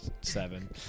seven